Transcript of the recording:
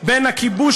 בין הכיבוש,